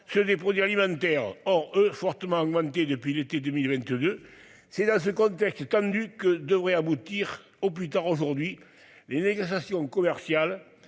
ceux des produits alimentaires, hors eux fortement augmenté depuis l'été 2022. C'est dans ce contexte tendu que devrait aboutir au plus tard aujourd'hui, les négociations commerciales